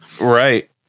Right